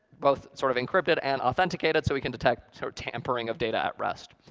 both sort of encrypted and authenticated so we can detect so tampering of data at rest.